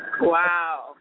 Wow